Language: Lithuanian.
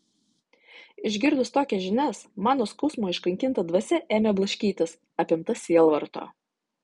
išgirdus tokias žinias mano skausmo iškankinta dvasia ėmė blaškytis apimta sielvarto